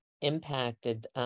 impacted